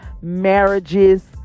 marriages